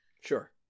sure